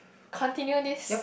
continue this